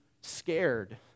scared